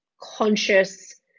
conscious